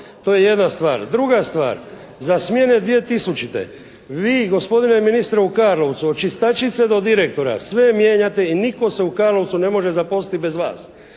To je jedna stvar. Druga stvar za smjene 2000. vi gospodine ministre u Karlovcu od čistačica do direktora sve mijenjate i nitko se u Karlovcu ne može zaposliti bez vas.